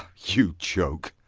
you joke